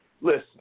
listen